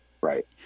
Right